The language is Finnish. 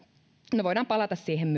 no voidaan palata siihen